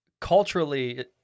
Culturally